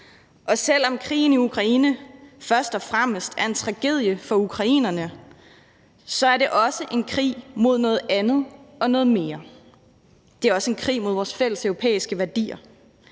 og selv om krigen i Ukraine først og fremmest er en tragedie for ukrainerne, er det også en krig mod noget andet og noget mere. Det er også en krig mod vores fælles europæiske værdier,